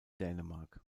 dänemark